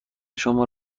شما